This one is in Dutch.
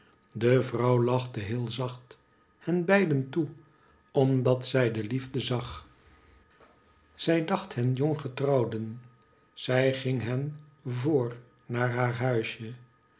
de vrouw lachte heel zacht hen beiden toe omdat zij de liefde zag zij dacht hen jonggetrouwden zij ging hen voor naar haar huisje